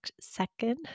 second